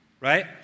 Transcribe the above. Right